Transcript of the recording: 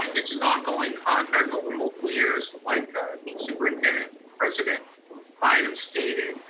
it's an ongoing contract over multiple years, like ah superintendent-president bynum stated.